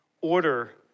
order